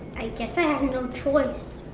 i guess i have no choice.